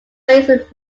its